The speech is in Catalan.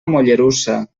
mollerussa